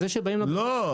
אבל זה שבאים --- לא,